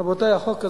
רבותי, החוק הזה,